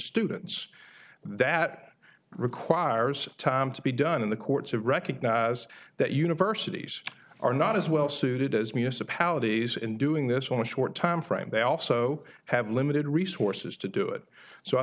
students that requires time to be done in the courts to recognize that universities are not as well suited as municipalities in doing this on a short timeframe they also have limited resources to do it so i